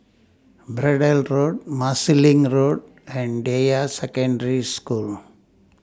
Braddell Road Marsiling Road and Deyi Secondary School